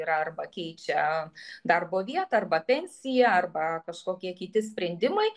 yra arba keičia darbo vietą arba pensija arba kažkokie kiti sprendimai